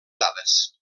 dades